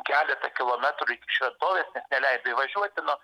keletą kilometrų iki šventovės neleido įvažiuoti nu